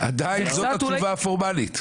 הוא עדיין התשובה הפורמלית.